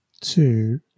two